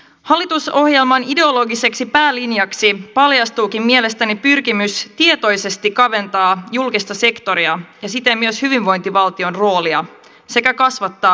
hallitusohjelman ideologiseksi päälinjaksi paljastuukin mielestäni pyrkimys tietoisesti kaventaa julkista sektoria ja siten myös hyvinvointivaltion roolia sekä kasvattaa tuloeroja